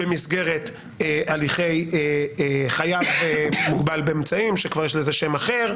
במסגרת הליכי חייב מוגבל באמצעים שכבר יש לזה שם אחר.